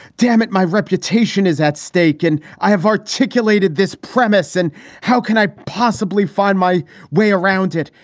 dammit, my reputation is at stake and i have articulated this premise and how can i possibly find my way around it?